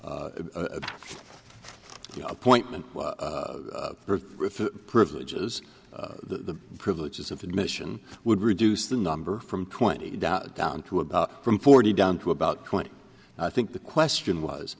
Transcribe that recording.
appointment with the privileges the privileges of admission would reduce the number from twenty down to about from forty down to about twenty i think the question was